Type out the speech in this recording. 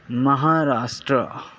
Maharashtra